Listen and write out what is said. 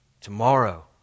Tomorrow